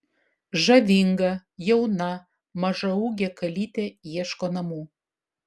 žavinga jauna mažaūgė kalytė ieško namų